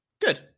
good